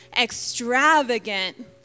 extravagant